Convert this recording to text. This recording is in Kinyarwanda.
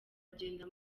agenda